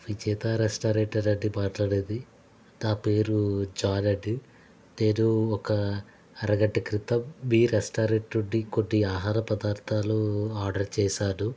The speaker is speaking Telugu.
విజేత రెస్టారెంటానండి మాట్లాడేది నా పేరు జాన్ అండి నేను ఒక అరగంట క్రితం మీ రెస్టారెంట్ నుండి కొన్ని ఆహార పదార్థాలు ఆర్డర్ చేశాను